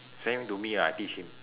same to me lah I teach him